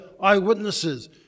eyewitnesses